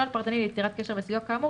נוהל פרטני ליצירת קשר וסיוע כאמור